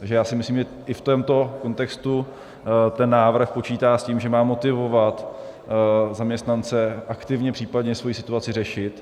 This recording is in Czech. Takže si myslím, že i v tomto kontextu ten návrh počítá s tím, že má motivovat zaměstnance aktivně případně svou situaci řešit.